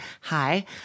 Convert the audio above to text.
Hi